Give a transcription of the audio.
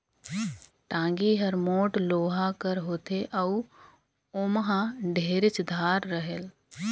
टागी हर मोट लोहा कर होथे अउ ओमहा ढेरेच धार रहेल